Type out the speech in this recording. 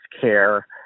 care